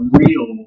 real